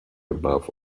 above